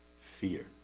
fear